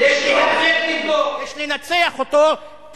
יש לנצח אותו.